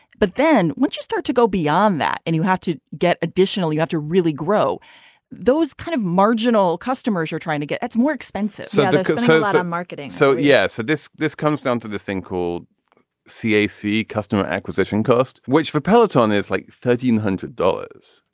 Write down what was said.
but then once you start to go beyond that and you have to get additional you have to really grow those kind of marginal customers you're trying to get more expensive sales and marketing so yes this this comes down to this thing called cac customer acquisition cost which for peloton is like thirteen hundred dollars.